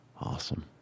Awesome